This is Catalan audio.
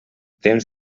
temps